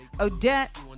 Odette